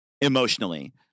emotionally